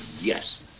yes